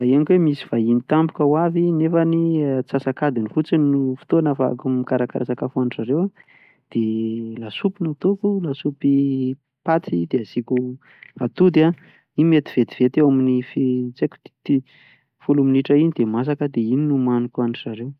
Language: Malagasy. Raha henoko hoe hisy vahiny tampoka hoavy nefany antsasak'adiny fotsiny no fotoana ahafahako mikarakara sakafo azy ireo, dia lasopy no hataoko, lasopy paty dia asiako atody, iny mety vetivety eo amin'ny fi- tsy haiko, mety folo minitra eo iny dia masaka dia iny no homaniko hoan-dry zareo.